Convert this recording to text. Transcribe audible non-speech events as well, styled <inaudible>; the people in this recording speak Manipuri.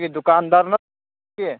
ꯑꯩꯈꯣꯏꯒꯤ ꯗꯨꯀꯥꯟꯗꯥꯔ <unintelligible>